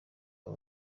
aba